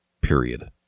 Period